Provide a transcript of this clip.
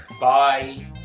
Bye